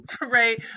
Right